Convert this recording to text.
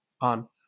on